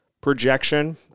projection